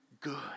good